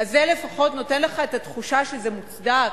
אז זה לפחות נותן לך את התחושה שזה מוצדק,